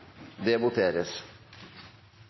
Det